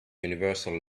universal